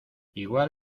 igual